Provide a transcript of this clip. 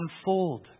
unfold